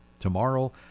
tomorrow